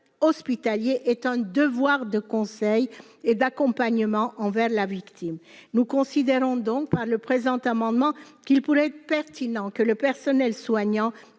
hospitalier est un devoir de conseil et d'accompagnement envers la victime, nous considérons donc par le présent amendement qu'il pourrait être pertinent que le personnel soignant